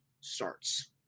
starts